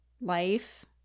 life